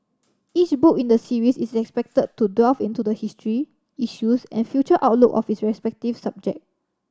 each book in the series is expected to delve into the history issues and future outlook of its respective subject